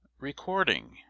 Recording